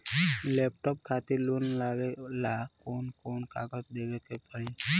Laptop खातिर loan लेवे ला कौन कौन कागज देवे के पड़ी?